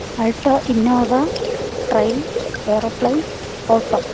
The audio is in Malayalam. Alto Innova train aeroplane auto